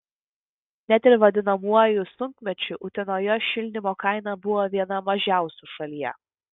net ir vadinamuoju sunkmečiu utenoje šildymo kaina buvo viena mažiausių šalyje